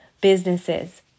businesses